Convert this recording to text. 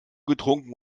getrunken